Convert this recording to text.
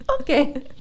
Okay